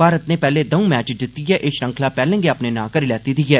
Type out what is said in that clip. भारत नै पैह्ले दौं मैच जित्तियै एह् श्रंख्ला पैह्ले गै अपने नां करी लैती दी ऐ